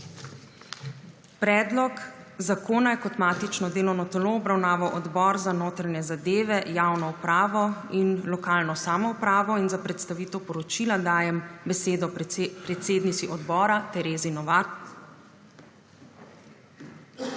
Predlog zakona kot matično delovno telo je obravnaval Odbor za notranje zadeve, javno upravo in lokalno samoupravo. Za predstavitev poročila dajem besedo predsednici odbora Terezi Novak.